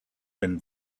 been